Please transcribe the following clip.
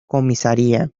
comisaría